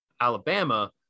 Alabama